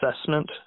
assessment